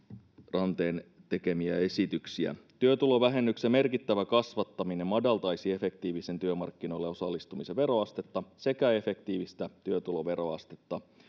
ranteen tekemiä esityksiä työtulovähennyksen merkittävä kasvattaminen madaltaisi efektiivisen työmarkkinoille osallistumisen veroastetta sekä efektiivistä työtuloveroastetta